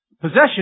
Possession